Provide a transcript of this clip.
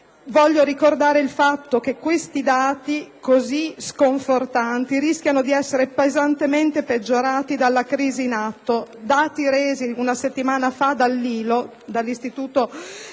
Voglio ricordare il fatto che questi dati così sconfortanti rischiano di essere pesantemente peggiorati dalla crisi in atto. I dati resi una settimana fa dall'Organizzazione